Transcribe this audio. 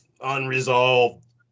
unresolved